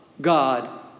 God